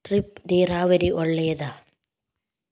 Drip ನೀರಾವರಿ ಒಳ್ಳೆಯದೇ?